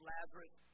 Lazarus